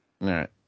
right